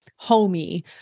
homey